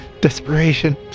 Desperation